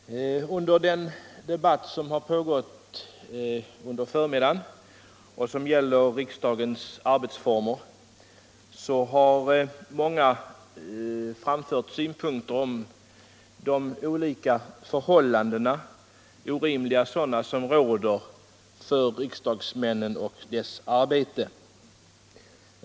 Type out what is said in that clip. Herr talman! Under den debatt som har pågått under förmiddagen om riksdagens arbetsformer har många talare framfört synpunkter på de orimliga förhållanden som råder för riksdagsmännen och deras arbete.